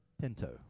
Pinto